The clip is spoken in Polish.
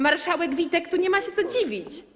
Marszałek Witek, tu nie ma się co dziwić.